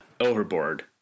Overboard